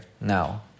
now